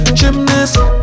gymnast